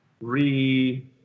re